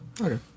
okay